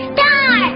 Star